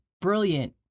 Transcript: brilliant